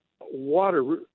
Water